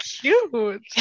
cute